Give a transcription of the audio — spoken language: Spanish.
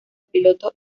pilotos